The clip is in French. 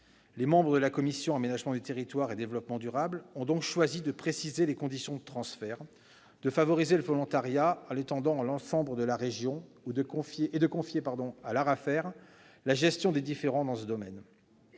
Les membres de la commission de l'aménagement du territoire et du développement durable ont donc choisi de préciser les conditions de transfert, de favoriser le volontariat en l'étendant à l'ensemble de la région et de confier à l'ARAFER la gestion des différends dans ce domaine.